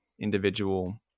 individual